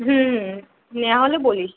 হুম নেওয়া হলে বলিস